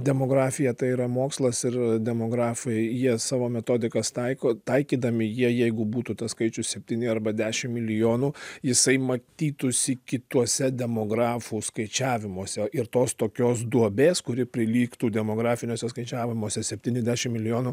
demografija tai yra mokslas ir demografai jie savo metodikas taiko taikydami jie jeigu būtų tas skaičius septyni arba dešim milijonų jisai matytųsi kituose demografų skaičiavimuose ir tos tokios duobės kuri prilygtų demografiniuose skaičiavimuose septyni dešim milijonų